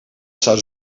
zouden